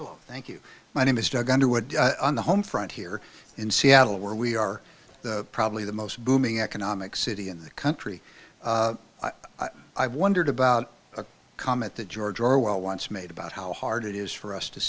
you my name is doug underwood on the home front here in seattle where we are probably the most booming economic city in the country i wondered about a comment that george orwell once made about how hard it is for us to